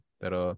pero